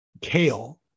kale